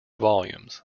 volumes